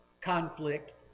conflict